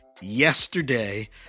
yesterday